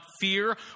fear